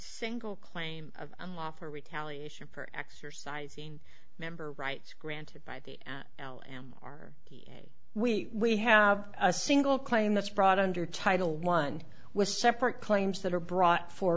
single claim of a mob for retaliation for exercising member rights granted by the l m r we we have a single claim that's brought under title one with separate claims that are brought for